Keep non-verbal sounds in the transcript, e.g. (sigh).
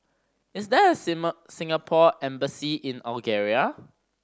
is there a (unintelligible) Singapore Embassy in Algeria